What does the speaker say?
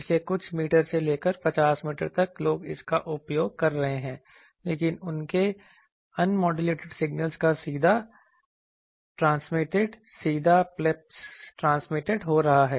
इसलिए कुछ मीटर से लेकर 50 मीटर तक लोग इसका उपयोग कर रहे हैं लेकिन उनके अनमॉड्यूलेटेड सिग्नल का सीधा पल्सेस ट्रांसमिटेड हो रहा है